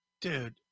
Dude